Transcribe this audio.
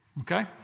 Okay